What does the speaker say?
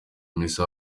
misa